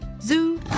Zoo